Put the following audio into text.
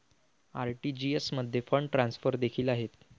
RTGS मध्ये fund transfer देखील आहेत